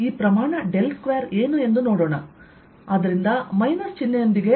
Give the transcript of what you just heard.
ಆದ್ದರಿಂದ ಮೈನಸ್ ಚಿಹ್ನೆಯೊಂದಿಗೆ